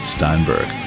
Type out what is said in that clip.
Steinberg